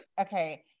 okay